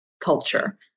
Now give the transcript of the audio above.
culture